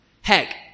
Heck